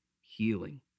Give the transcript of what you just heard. healing